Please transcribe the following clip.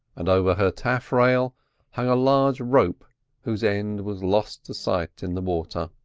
and over her taffrail hung a large rope whose end was lost to sight in the water.